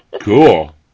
Cool